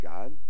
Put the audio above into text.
God